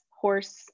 horse